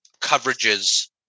coverages